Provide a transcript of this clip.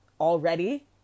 already